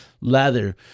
leather